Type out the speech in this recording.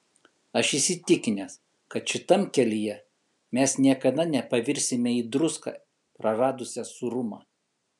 aš įsitikinęs kad šitam kelyje mes niekada nepavirsime į druską praradusią sūrumą